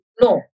No